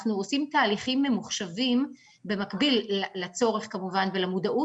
אנחנו עושים תהליכים ממוחשבים במקביל לצורך כמובן ולמודעות.